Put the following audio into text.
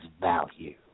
value